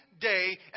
day